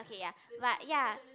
ya but ya